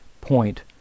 point